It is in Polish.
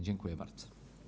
Dziękuję bardzo.